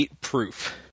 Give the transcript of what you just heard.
proof